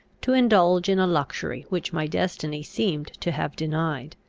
to indulge in a luxury which my destiny seemed to have denied.